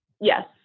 Yes